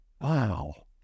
wow